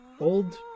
old